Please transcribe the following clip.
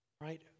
Right